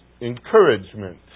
encouragement